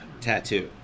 tattoo